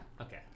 Okay